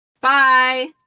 Bye